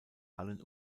allen